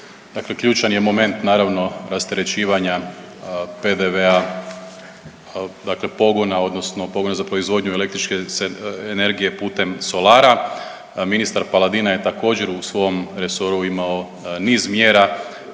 ključan je moment naravno rasterećivanja PDV-a, dakle pogona, odnosno pogona za proizvodnju električne energije putem solara. Ministar Paladina je također u svom resoru imao niz mjera